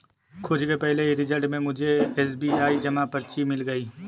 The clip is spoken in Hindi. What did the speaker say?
खोज के पहले ही रिजल्ट में मुझे एस.बी.आई जमा पर्ची मिल गई